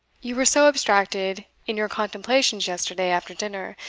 you were so abstracted in your contemplations yesterday after dinner,